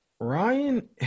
Ryan